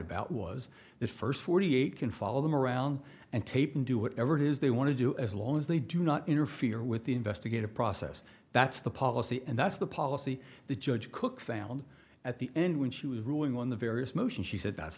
about was that first forty eight can follow them around and tape and do whatever it is they want to do as long as they do not interfere with the investigative process that's the policy and that's the policy the judge cooke found at the end when she was ruling on the various motions she said that's